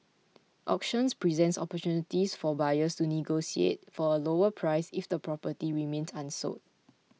auctions present opportunities for buyers to negotiate for a lower price if the property remains unsold